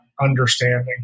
understanding